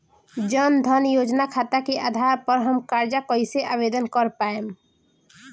जन धन योजना खाता के आधार पर हम कर्जा कईसे आवेदन कर पाएम?